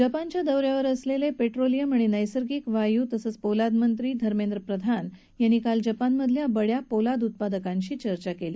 जपानच्या दौऱ्यावर असलेले पेट्रोलियम आणि नैसर्गिक वायू आणि पोलादमंत्री धर्मेंद्र प्रधान यांनी काल जपानमधल्या बड्या पोलाद उत्पादकांशी चर्चा केली